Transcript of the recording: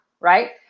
right